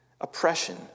oppression